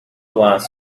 was